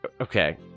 Okay